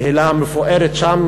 הייתה פעם קהילה מפוארת שם,